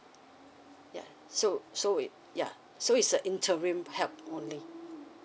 yeah so so it yeah so it's a interim help only